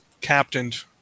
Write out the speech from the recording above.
captained